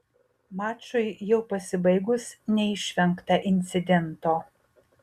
mačui jau pasibaigus neišvengta incidento